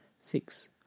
six